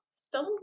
Stone